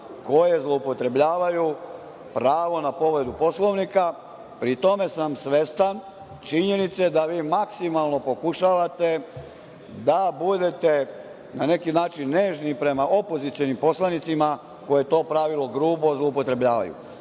koje zloupotrebljavaju pravo na povredu Poslovnika. Pri tome sam svestan činjenice da vi maksimalno pokušavate da budete, na neki način, nežni prema opozicionim poslanicima koje to pravilo grubo zloupotrebljavaju.